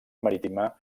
marítima